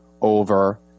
over